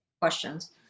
Questions